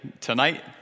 tonight